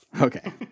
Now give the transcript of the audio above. Okay